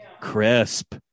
crisp